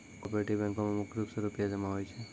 cooperative बैंको म मुख्य रूप से रूपया जमा होय छै